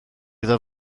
iddo